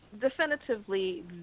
definitively